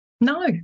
No